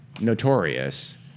notorious